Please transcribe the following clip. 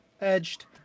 edged